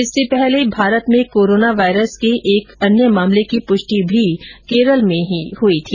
इससे पहले भारत में कोरोना वायरस के एक अन्य मामले की पुष्टि भी केरल में हुई थी